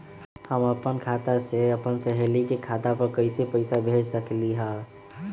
हम अपना खाता से अपन सहेली के खाता पर कइसे पैसा भेज सकली ह?